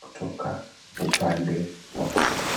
kutoka upande wa kushoto.